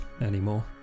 anymore